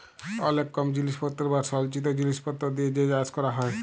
অলেক কম জিলিসপত্তর বা সলচিত জিলিসপত্তর দিয়ে যে চাষ ক্যরা হ্যয়